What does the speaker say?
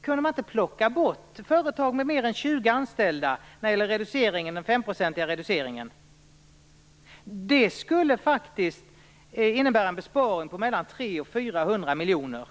kunde man inte plocka bort företag med mer än 20 anställda när det gäller den 5-procentiga reduceringen? Det skulle faktiskt innebära en besparing på mellan 300 och 400 miljoner.